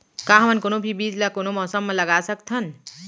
का हमन कोनो भी बीज ला कोनो मौसम म लगा सकथन?